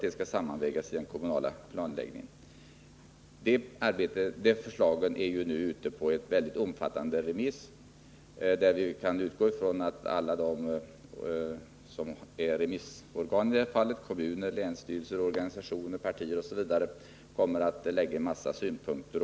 Detta förslag är nu föremål för en mycket omfattande remiss. Vi kan utgå från att alla remissorgan — kommuner, länsstyrelser, organisationer, partier osv. — kommer att anföra en mängd synpunkter.